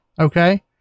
Okay